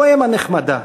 פואמה נחמדה,